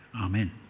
Amen